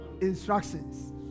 instructions